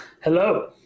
Hello